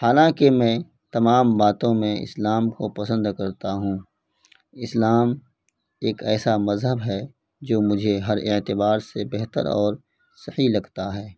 حالانکہ میں تمام باتوں میں اسلام کو پسند کرتا ہوں اسلام ایک ایسا مذہب ہے جو مجھے ہر اعتبار سے بہتر اور صحیح لگتا ہے